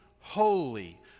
holy